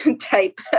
type